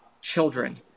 children